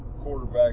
quarterback